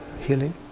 healing